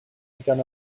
begun